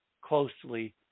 closely